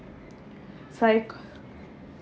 psycho~